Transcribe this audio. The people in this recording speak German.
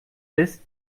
ist